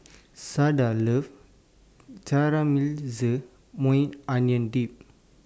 Sada loves Caramelized Maui Onion Dip